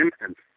instance